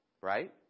Right